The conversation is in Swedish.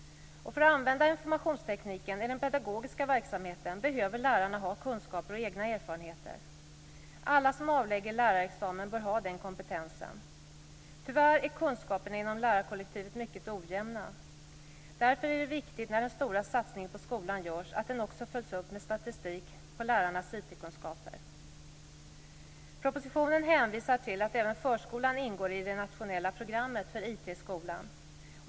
För att använda informationstekniken i den pedagogiska verksamheten behöver lärarna ha kunskaper och egna erfarenheter. Alla som avlägger lärarexamen bör ha den kompetensen. Tyvärr är kunskaperna inom lärarkollektivet mycket ojämna. Därför är det viktigt att man när den stora satsningen på skolan görs också följer upp den med statistik över lärarnas I nämnda proposition hänvisas det till att även förskolan ingår i det nationella programmet för IT i skolan.